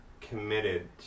committed